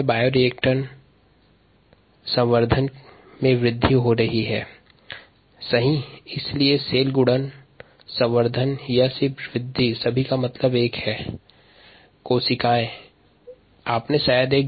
bioreactor में उपस्थित कोशिका संवर्धन में वृद्धि हो रही है इसलिए यहाँ कोशिका गुणन कोशिका संवर्धन या वृद्धि से तात्पर्य एक ही है